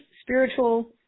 spiritual